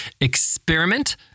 experiment